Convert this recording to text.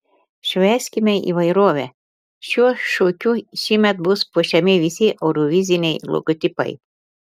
švęskime įvairovę šiuo šūkiu šįmet bus puošiami visi euroviziniai logotipai